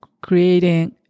creating